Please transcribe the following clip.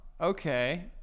Okay